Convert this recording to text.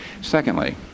Secondly